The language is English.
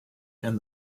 and